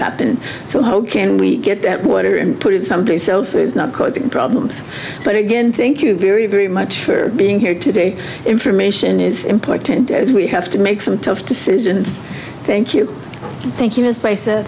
happened so how can we get that water and put it someplace else is not causing problems but again thank you very very much for being here today information is important as we have to make some tough decisions thank you thank you m